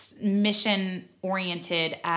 mission-oriented